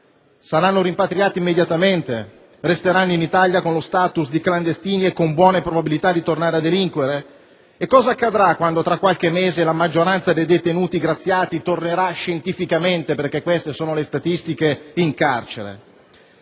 saranno rimpatriati immediatamente? Resteranno in Italia con lo *status* di clandestini e con buone probabilità di tornare a delinquere? Cosa accadrà quando, tra qualche mese, la maggioranza dei detenuti graziati tornerà scientificamente (perché queste sono le statistiche) in carcere?